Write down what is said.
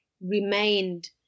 remained